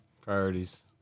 priorities